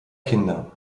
kinder